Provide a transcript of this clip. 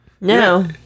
No